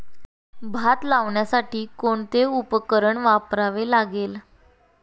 भात लावण्यासाठी कोणते उपकरण वापरावे लागेल?